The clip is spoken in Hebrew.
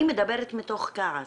אני מדברת מתוך כעס,